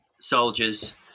soldiers